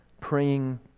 praying